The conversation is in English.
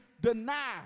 deny